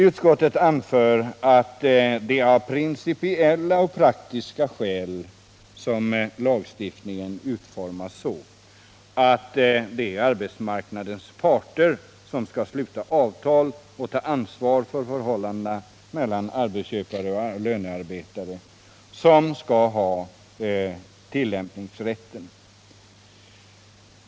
Utskottet anför att det är av principiella och praktiska skäl som lagstiftningen utformats så att det enbart är de arbetsmarknadsparter, som genom att sluta avtal tagit ett medansvar för förhållandena mellan arbetsköpare och lönearbetare, som skall ha tillämpningsrätten.